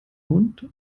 mund